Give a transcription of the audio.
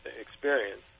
experience